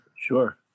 Sure